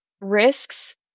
risks